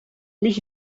mich